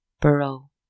burrow